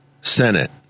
senate